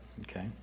okay